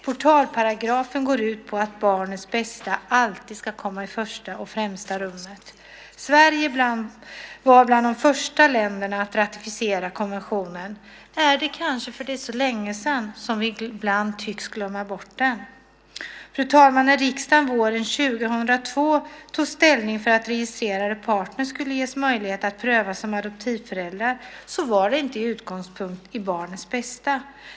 Portalparagrafen går ut på att barnets bästa alltid ska komma i första och främsta rummet. Sverige var bland de första länderna att ratificera konventionen. Är det kanske för att det var så länge sedan som vi ibland tycks glömma bort den? Fru talman! När riksdagen våren 2002 tog ställning för att registrerade partner skulle ges möjlighet att prövas som adoptivföräldrar var det inte med utgångspunkt i barnets bästa.